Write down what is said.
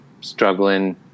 struggling